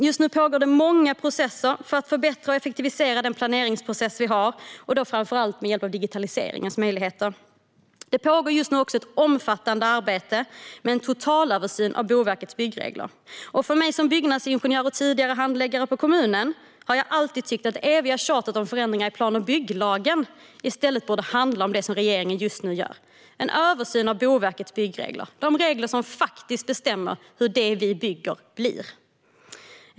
Just nu pågår många processer för att förbättra och effektivisera den planeringsprocess vi har och då framför allt med hjälp av digitaliseringens möjligheter. Det pågår just nu ett omfattande arbete med en totalöversyn av Boverkets byggregler. Jag som byggnadsingenjör och tidigare handläggare på kommunen har alltid tyckt att det eviga politiska tjatet om att förändra plan och bygglagen i stället borde handla om det som regeringen just nu gör: en översyn av Boverkets byggregler, de regler som faktiskt styr hur det som vi bygger blir.